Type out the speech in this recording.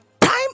time